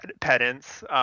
pedants